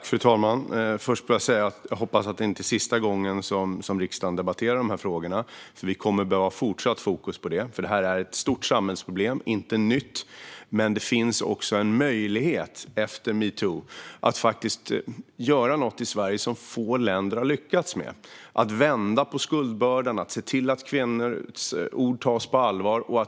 Fru talman! Först vill jag säga att jag hoppas att det inte är sista gången som riksdagen debatterar dessa frågor. Vi kommer att behöva ha fortsatt fokus på detta, för det är ett stort samhällsproblem. Det är ingenting nytt, men efter metoo finns det också en möjlighet att göra något i Sverige som få länder har lyckats med: att vända på skuldbördan och se till att kvinnors ord tas på allvar.